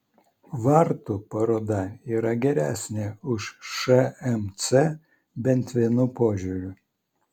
vartų paroda yra geresnė už šmc bent vienu požiūriu